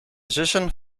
zussen